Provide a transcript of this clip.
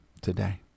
today